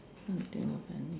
something of any